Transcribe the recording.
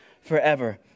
forever